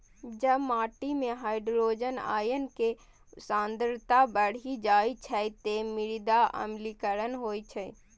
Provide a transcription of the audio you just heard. जब माटि मे हाइड्रोजन आयन के सांद्रता बढ़ि जाइ छै, ते मृदा अम्लीकरण होइ छै